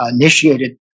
initiated